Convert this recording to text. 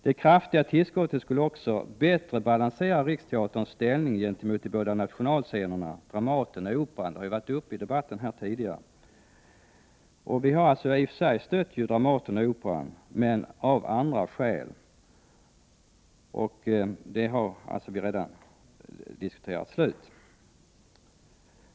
Det kraftiga tillskottet skulle också bättre balansera Riksteaterns ställning gentemot de båda nationalscenerna Dramaten och Operan, vilka har debatterats här tidigare. I och för sig har vi stött Dramaten och Operan, men av andra skäl. Den saken är dock redan slutdiskuterad.